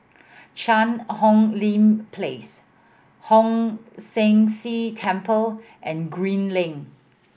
Cheang Hong Lim Place Hong San See Temple and Green Lane